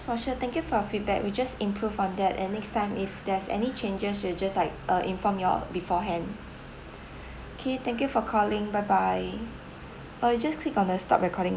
for sure thank you for your feedback we just improve on that and next time if there's any changes we will just like uh inform you all beforehand okay thank you for calling bye bye uh you just click on the stop recording